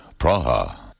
Praha